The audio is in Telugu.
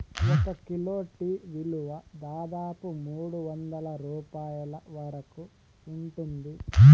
ఒక కిలో టీ విలువ దాదాపు మూడువందల రూపాయల వరకు ఉంటుంది